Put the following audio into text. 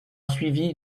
suivi